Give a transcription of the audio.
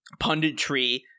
punditry